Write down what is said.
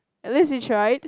at least you tried